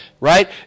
right